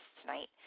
tonight